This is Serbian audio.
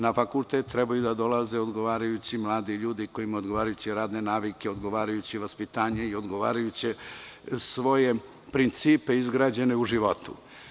Na fakultet trebaju da dolaze odgovarajući mladi ljudi koji imaju odgovarajuće radne navike, odgovarajuće vaspitanje i odgovarajuće svoje principe izgrađene u životu.